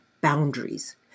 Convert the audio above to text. boundaries